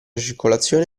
circolazione